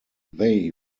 they